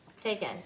taken